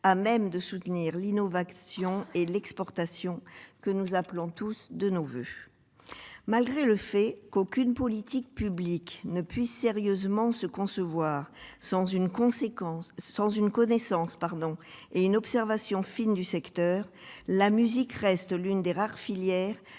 à même de soutenir l'innovation et l'exportation, que nous appelons tous de nos voeux ! Bien qu'aucune politique publique ne puisse sérieusement se concevoir sans une connaissance et une observation fines du secteur, la musique reste l'une des rares filières